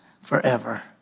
forever